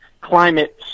Climate